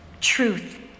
truth